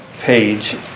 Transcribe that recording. page